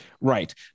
Right